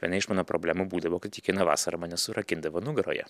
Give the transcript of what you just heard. viena iš mano problemų būdavo kad kiekvieną vasarą mane surakindavo nugaroje